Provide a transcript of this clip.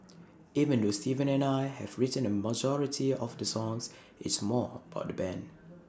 even though Steven and I have written A majority of the songs it's more about the Band